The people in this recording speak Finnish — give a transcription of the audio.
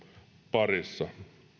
parissa